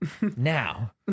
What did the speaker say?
Now